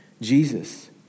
Jesus